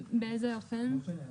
באיזה אופן?